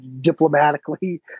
diplomatically